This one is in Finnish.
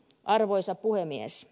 arvoisa puhemies